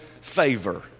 favor